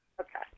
Okay